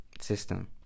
system